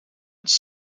its